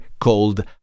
called